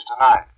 tonight